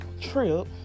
trip